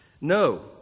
No